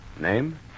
Name